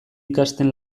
ikasten